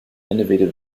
innovative